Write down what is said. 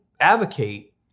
advocate